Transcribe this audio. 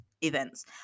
events